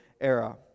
era